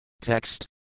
Text